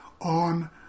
on